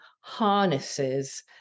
harnesses